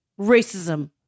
racism